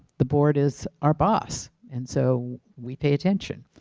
the board is our boss and so we pay attention.